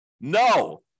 No